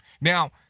Now